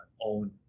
own